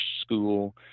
school